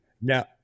Now